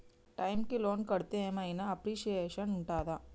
Time కి loan కడ్తే ఏం ఐనా అప్రిషియేషన్ ఉంటదా?